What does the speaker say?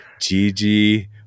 Gigi